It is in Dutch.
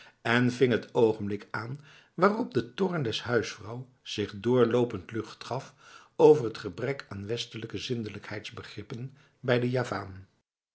en huishoudgoed dan ving het moment aan waarop de toorn der huisvrouw zich doorlopend lucht gaf over het gebrek aan westelijke zindelijkheidsbegrippen bij de javaan